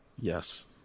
Yes